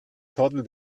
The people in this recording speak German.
kordel